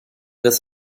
des